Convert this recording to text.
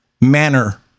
manner